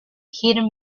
hidden